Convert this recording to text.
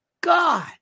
God